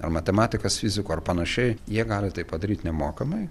ar matematikas fiziku ar panašiai jie gali tai padaryt nemokamai